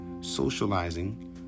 socializing